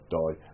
die